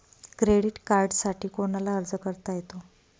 Credit कार्डसाठी कोणाला अर्ज करता येतो?